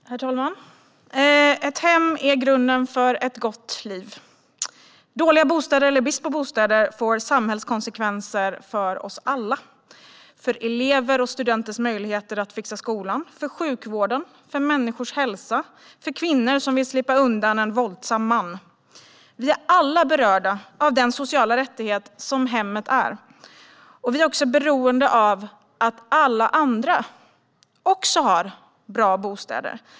Herr talman! Ett hem är grunden för ett gott liv. Dåliga bostäder eller brist på bostäder får samhällskonsekvenser för oss alla - för elevers och studenters möjligheter att fixa skolan, för sjukvården, för människors hälsa, för kvinnor som vill slippa undan en våldsam man. Vi är alla berörda av den sociala rättighet som hemmet är, och vi är beroende av att alla andra också har bra bostäder.